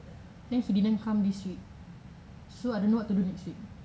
then he didn't come this week so I don't know what to do next week